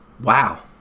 wow